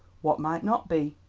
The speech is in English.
what might not be?